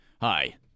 Hi